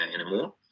anymore